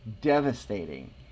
devastating